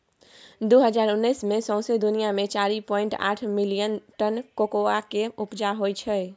दु हजार उन्नैस मे सौंसे दुनियाँ मे चारि पाइंट आठ मिलियन टन कोकोआ केँ उपजा होइ छै